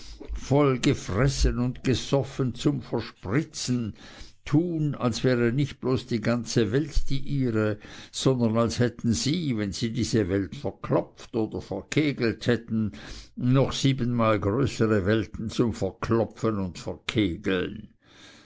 vollgefressen und gesoffen zum verspritzen tun als wäre nicht bloß die ganze welt die ihre sondern als hätten sie wenn sie diese welt verklopft oder verkegelt hätten noch sieben siebenmal größere welten zum verklopfen und verkegeln